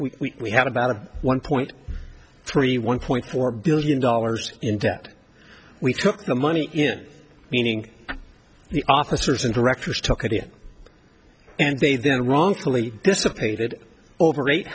we we we had about a one point three one point four billion dollars in debt we took the money in meaning the officers and directors took at it and they then wrongfully dissipated over eight